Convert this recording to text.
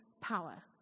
power